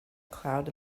cloud